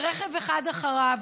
ורכב אחר אחריו,